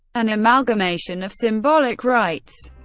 an amalgamation of symbolic rites.